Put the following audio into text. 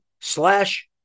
slash